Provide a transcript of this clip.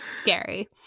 scary